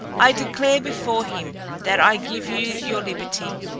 i declare before him, that i give you your liberty.